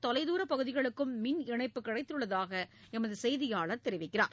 தொலைதூரப் பகுதிகளுக்கும் மின் இணைப்பு கிடைத்துள்ளதாக இதன்காரணமாக எமது செய்தியாளர் தெரிவிக்கிறார்